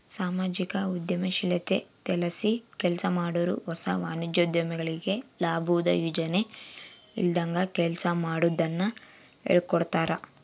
ಸಾಮಾಜಿಕ ಉದ್ಯಮಶೀಲತೆಲಾಸಿ ಕೆಲ್ಸಮಾಡಾರು ಹೊಸ ವಾಣಿಜ್ಯೋದ್ಯಮಿಗಳಿಗೆ ಲಾಬುದ್ ಯೋಚನೆ ಇಲ್ದಂಗ ಕೆಲ್ಸ ಮಾಡೋದುನ್ನ ಹೇಳ್ಕೊಡ್ತಾರ